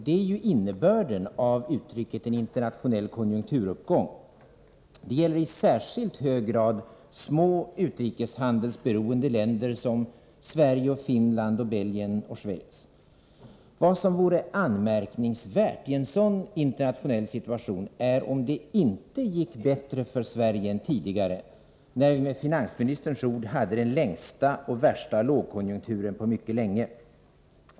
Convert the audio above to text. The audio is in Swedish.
Det är innebörden av en internationell konjunkturuppgång. Det gäller i särskilt hög grad små utrikeshandelsberoende länder som Sverige, Finland, Belgien och Schweiz. Verkligt anmärkningsvärt i en sådan internationell situation vore om det inte gick bättre för Sverige än tidigare, när vi, med finansministerns ord, hade den längsta och värsta lågkonjunkturen på mycket länge.